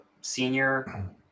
senior